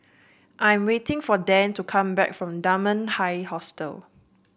I am waiting for Dan to come back from Dunman High Hostel